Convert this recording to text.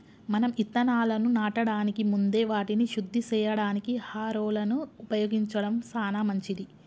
మనం ఇత్తనాలను నాటడానికి ముందే వాటిని శుద్ది సేయడానికి హారొలను ఉపయోగించడం సాన మంచిది